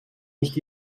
nicht